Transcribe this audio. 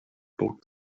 both